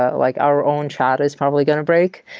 ah like our own chat is probably going to break,